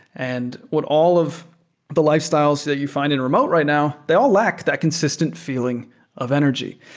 and what all of the lifestyles that you find in remote right now, they all lack that consistent feeling of energy.